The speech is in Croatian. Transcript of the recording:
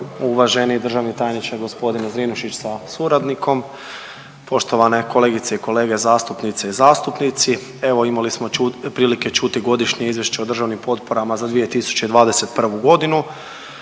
uvaženi državni tajniče g. Zrinušić sa suradnikom, poštovane kolegice i kolege zastupnice i zastupnici. Evo imali smo prilike čuti Godišnje izvješće o državnim potporama za 2021. g.